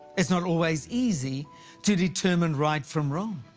it's not always easy to determine right from wrong.